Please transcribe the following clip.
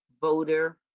voter